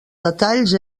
detalls